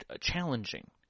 challenging